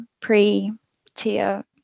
pre-tier